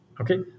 Okay